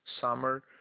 summer